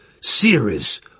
series